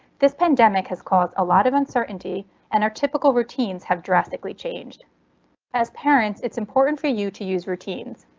this pandemic has caused a lot of uncertainty and are typical routines have drastically changed as. as parents it's important for you to use routines.